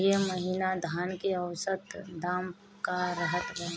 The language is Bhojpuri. एह महीना धान के औसत दाम का रहल बा?